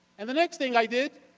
and the next thing i did,